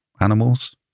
animals